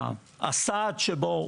הסעד שבו,